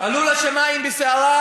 עלו לשמים בסערה,